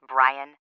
Brian